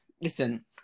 Listen